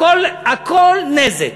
הכול נזק.